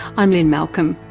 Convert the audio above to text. i'm lynne malcolm,